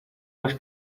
las